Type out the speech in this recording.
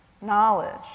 knowledge